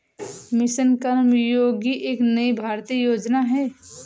mission Karmayogi एक नई भारतीय योजना है